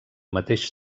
mateix